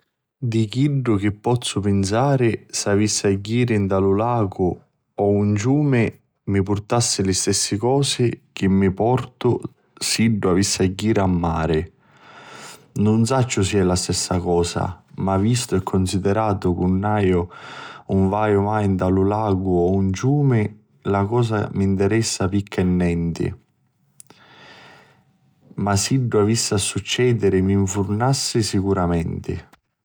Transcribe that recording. Di chiddu chi pozzu pinsari s'avissi a jiri nta un lagu o un ciumi mi purtassi li stessi cosi chi mi portu siddu avissi a jiri a mari. Nun sacciu si è la stessa cosa ma vistu e considiratu chi nun vaiu mai nta un lagu o un ciumi la cosa mi ntiressa picca e nenti. Ma siddu avissi a succederi mi nfurmassi sicuramenti.